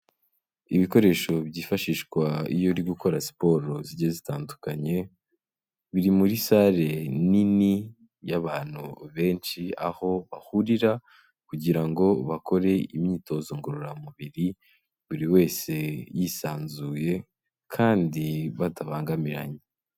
Ibikoresho byifashishwa iyo uri gukora siporo zigiye zitandukanye, biri muri sale nini y'abantu benshi aho bahurir,a kugira ngo bakore imyitozo ngororamubiri, buri wese yisanzuye kandi batabangamiranye.